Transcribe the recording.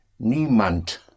Niemand